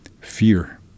fear